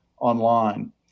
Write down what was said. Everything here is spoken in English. online